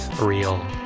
real